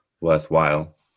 worthwhile